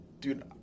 dude